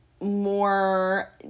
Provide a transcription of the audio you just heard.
more